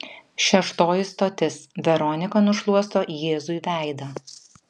šeštoji stotis veronika nušluosto jėzui veidą